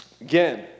again